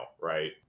right